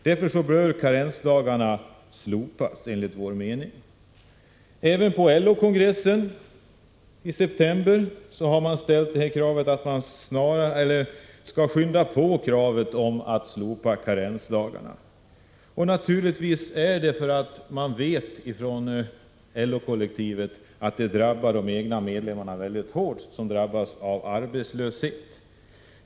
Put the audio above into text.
Därför bör enligt min mening karensdagarna slopas. Även på LO-kongressen i september ställdes kravet att man skall skynda på med slopande av karensdagarna. Naturligtvis vet man inom LO kollektivet att dessa slår mycket hårt mot de egna medlemmarna när dessa drabbas av arbetslöshet.